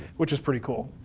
which is pretty cool.